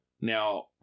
now